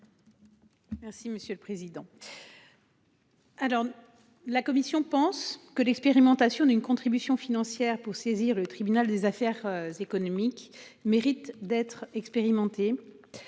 Merci monsieur le président. Alors. La Commission pense que l'expérimentation d'une contribution financière pour saisir le tribunal des affaires économiques mérite d'être expérimentée.